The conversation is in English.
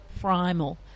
primal